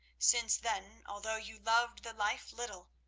since then, although you loved the life little,